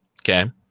Okay